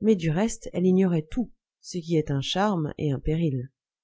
mais du reste elle ignorait tout ce qui est un charme et un péril